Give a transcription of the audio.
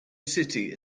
city